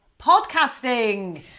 podcasting